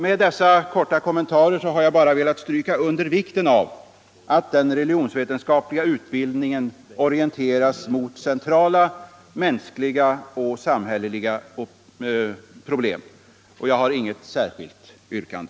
Med dessa korta kommentarer har jag velat stryka under vikten av att den religionsvetenskapliga utbildningen orienteras mot centrala mänskliga och samhälleliga problem. Jag har inget särskilt yrkande.